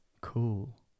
Cool